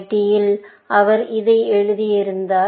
MIT யில் அவர் இதை எழுதினார்